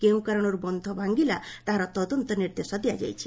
କେଉଁ କାରଣରୁ ବନ୍ଧ ଭାଙ୍ଗିଲା ତାହାର ତଦନ୍ତ ନିର୍ଦ୍ଦେଶ ଦିଆଯାଇଛି